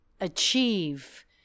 achieve